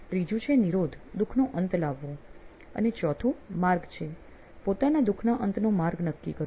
ત્રીજું છે "નિરોધ" દુખનો અંત લાવો અને ચોથું "માર્ગ" છે પોતાના દુખના અંતનો માર્ગ નક્કી કરો